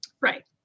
Right